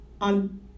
on